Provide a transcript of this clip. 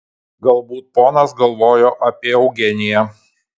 galbūt ponas galvojo apie eugeniją